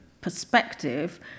perspective